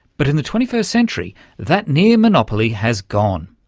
but in the twenty first century that near monopoly has gone.